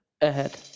ahead